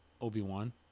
Obi-Wan